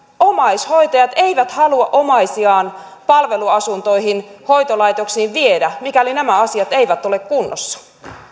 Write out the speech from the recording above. omaishoitajat eivät halua omaisiaan palveluasuntoihin hoitolaitoksiin viedä mikäli nämä asiat eivät ole kunnossa